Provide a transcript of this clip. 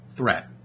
threat